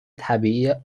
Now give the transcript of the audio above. طبیعی